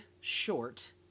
short